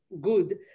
good